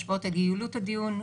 השפעות על יעילות הדיון,